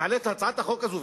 את הצעת החוק הזאת,